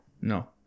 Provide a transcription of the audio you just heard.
No